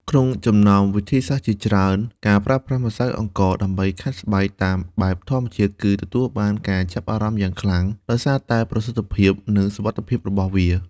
ក្នុងចំណោមវិធីសាស្ត្រជាច្រើន ការប្រើប្រាស់ម្សៅអង្ករដើម្បីខាត់ស្បែកតាមបែបធម្មជាតិ គឺទទួលបានការចាប់អារម្មណ៍យ៉ាងខ្លាំង ដោយសារតែប្រសិទ្ធភាព និងសុវត្ថិភាពរបស់វា។